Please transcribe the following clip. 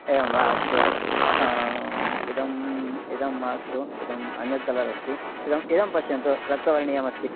एवं वा अस्तु इदं इदं मास्तु इदं अन्यत् कलर् अस्ति इदम् इदं पश्यन्तु रक्तवर्णीयमस्ति